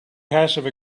passive